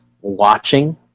watching